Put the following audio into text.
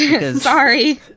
Sorry